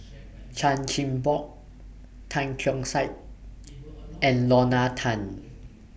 Chan Chin Bock Tan Keong Saik and Lorna Tan